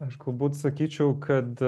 aš galbūt sakyčiau kad